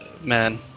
man